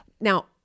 Now